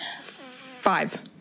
five